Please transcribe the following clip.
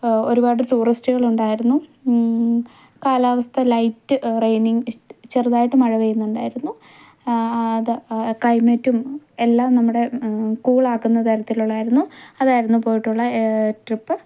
ഒരുപാട് ടൂറിസ്റ്റുകളുണ്ടായിരുന്നു കാലാവസ്ഥ ലൈറ്റ് റൈനിങ് ചെറുതായിട്ട് മഴ പെയ്യുന്നുണ്ടായിരുന്നു അത് ക്ലെയിമെറ്റും എല്ലാം നമ്മുടെ കൂളാക്കുന്ന തരത്തിലുള്ളതായിരുന്നു അതായിരുന്നു പോയിട്ടുള്ള ട്രിപ്പ്